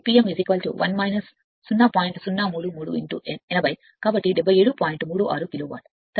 36 kilowatt సరైనది